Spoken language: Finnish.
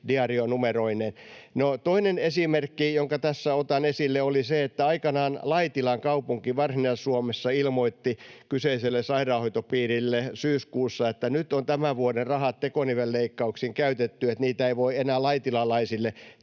diaarinumeroineen. No, toinen esimerkki, jonka tässä otan esille, on se, että aikanaan Laitilan kaupunki Varsinais-Suomessa ilmoitti kyseiselle sairaanhoitopiirille syyskuussa, että nyt on tämän vuoden rahat tekonivelleikkauksiin käytetty, niin että niitä ei voi enää laitilalaisille